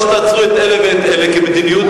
או שתעצרו את אלה ואת אלה כמדיניות,